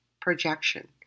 projection